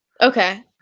okay